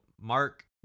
mark